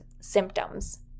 symptoms